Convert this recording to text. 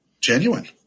Genuine